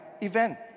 event